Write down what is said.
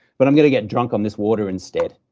but i'm going to get drunk on this water instead.